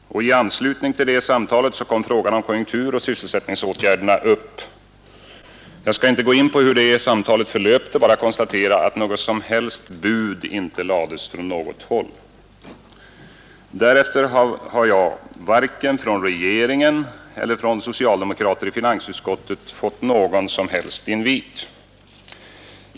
I anslutning till detta samtal kom frågan om konjunkturoch sysselsättningsåtgärderna upp. Jag skall inte gå in på hur detta samtal förlöpte — bara konstatera att något som helst bud inte lades från något håll. Därefter har jag varken från regeringen eller från socialdemokrater i finansutskottet fått någon som helst invit.